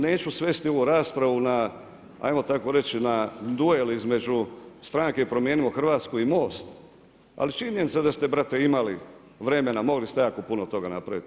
Neću svesti ovu raspravu na ajmo tako reći, na duel između stranke Promijenimo Hrvatsku i MOST, ali činjenica da ste brate, imali vremena, mogli ste jako puno toga napraviti.